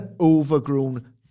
overgrown